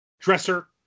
dresser